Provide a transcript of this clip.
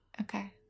Okay